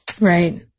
Right